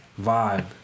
vibe